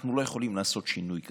אנחנו לא יכולים לעשות שינוי כזה.